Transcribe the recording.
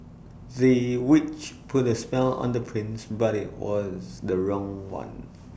the witch put A spell on the prince but IT was the wrong one